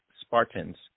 Spartans